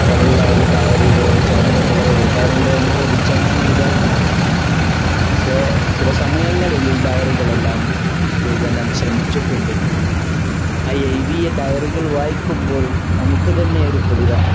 പതിവായി ഈ ഡയറികളോ ജേണലുകളോ എയ്താറുണ്ടോ എന്നു ചോദിച്ചാൽ ഞാൻ എഴുതാറില്ല പക്ഷേ ചില സമയങ്ങളിൽ ഡയറികളെല്ലാം എഴുതാൻ ഞാൻ ശ്രമിച്ചിട്ടുണ്ട് ആ എഴുതിയ ഡയറികൾ വായിക്കുമ്പോൾ നമുക്ക് തന്നെ ഒരു കുളിരാണ്